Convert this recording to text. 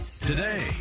today